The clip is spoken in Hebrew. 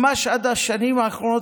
ממש עד השנים האחרונות,